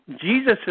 Jesus